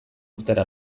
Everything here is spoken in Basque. urtera